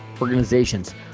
organizations